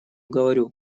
говорю